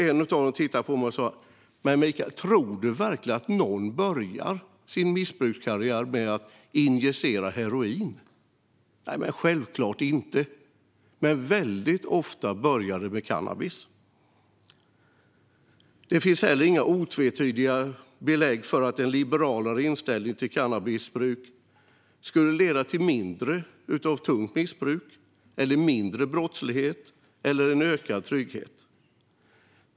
En av dem tittade på mig och sa: Men Michael, tror du verkligen att någon börjar sin missbrukskarriär med att injicera heroin? Nej, självklart inte. Men väldigt ofta börjar det med cannabis. Det finns heller inga otvetydiga belägg för att en liberalare inställning till cannabisbruk skulle leda till att färre hamnar i tungt missbruk eller till mindre brottslighet och ökad trygghet.